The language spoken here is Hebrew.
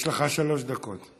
יש לך שלוש דקות.